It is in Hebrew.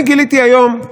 אני גיליתי היום,